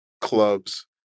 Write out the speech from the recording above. clubs